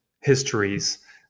histories